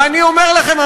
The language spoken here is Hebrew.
ואני אומר לכם,